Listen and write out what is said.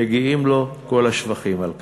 מגיעים לו כל השבחים על כך.